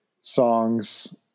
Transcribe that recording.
songs